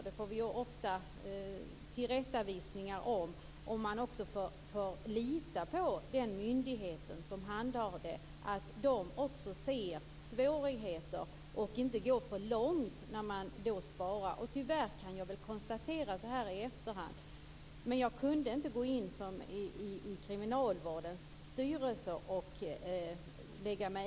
Det får vi ofta tillrättavisningar om. Man får lita på att myndigheten ser svårigheterna och inte går för långt i besparingar. Tyvärr kan jag i efterhand konstatera detta. Men jag kunde inte lägga mig i arbetet i Kriminalvårdsstyrelsen.